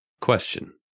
Question